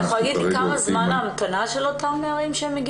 אתה יכול להגיד לי כמה זמן ההמתנה של אותם נערים?